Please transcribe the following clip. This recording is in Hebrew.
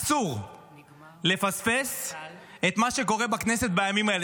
אסור לפספס את מה שקורה בכנסת בימים האלה.